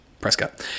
Prescott